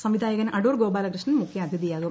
സംവിധായകൻ അടൂർ ഗോപാലകൃഷ്ണൻ മുഖ്യാതിഥിയാകും